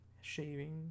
shaving